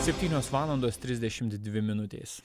septynios valandos trisdešim dvi minutės